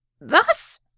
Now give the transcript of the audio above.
Thus